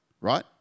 right